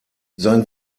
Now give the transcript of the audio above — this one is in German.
sein